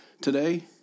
Today